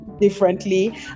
differently